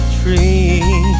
tree